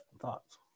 thoughts